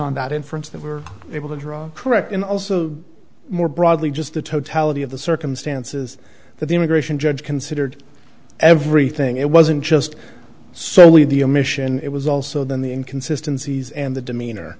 on that inference that we were able to draw correct in also more broadly just the totality of the circumstances that the immigration judge considered everything it wasn't just solely the omission it was also then the in consistencies and the demeanor